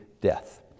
death